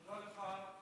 תודה לך,